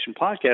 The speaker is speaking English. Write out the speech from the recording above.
podcast